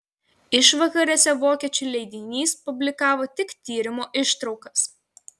išvakarėse vokiečių leidinys publikavo tik tyrimo ištraukas